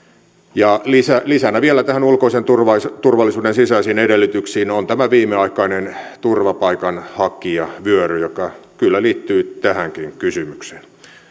lisänä vielä näihin ulkoisen turvallisuuden turvallisuuden sisäisiin edellytyksiin on tämä viimeaikainen turvapaikanhakijavyöry joka kyllä liittyy tähänkin kysymykseen